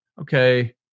okay